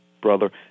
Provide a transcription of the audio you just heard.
Brother